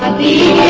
and the